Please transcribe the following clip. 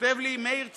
וכותב לי מאיר צור,